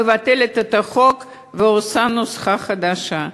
מבטלת את החוק ועושה נוסחה חדשה.